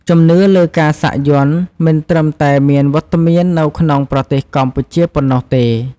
ជំនឿលើការសាក់យ័ន្តមិនត្រឹមតែមានវត្តមាននៅក្នុងប្រទេសកម្ពុជាប៉ុណ្ណោះទេ។